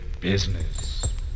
Business